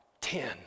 ten